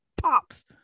pops